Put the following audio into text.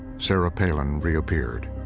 sarah palin reappeared,